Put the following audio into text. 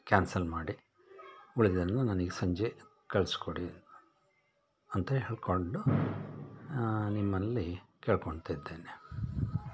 cancel ಮಾಡಿ ಉಳ್ದಿದನ್ನು ನನಗೆ ಸಂಜೆ ಕಳಿಸ್ಕೊಡಿ ಅಂತ ಹೇಳಿಕೊಂಡು ನಿಮ್ಮಲ್ಲಿ ಕೇಳ್ಕೊಳ್ತಿದ್ದೇನೆ